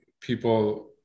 people